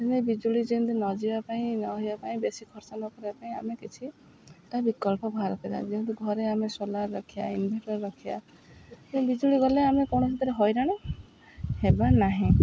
ବିଜୁଳି ଯେମିତି ନଯିବା ପାଇଁ ନହବା ପାଇଁ ବେଶୀ ଖର୍ଚ୍ଚ ନ କରିବା ପାଇଁ ଆମେ କିଛି ବିକଳ୍ପ ବାହାର କରିବା ଯେହେତୁ ଘରେ ଆମେ ସୋଲାର୍ ରଖିବା ଇନଭଟର୍ ରଖିବା ବିଜୁଳି ଗଲେ ଆମେ କୌଣସିଥିରେ ହଇରାଣ ହେବା ନାହିଁ